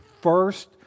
first